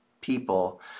people